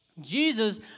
Jesus